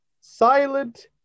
Silent